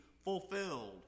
fulfilled